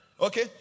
Okay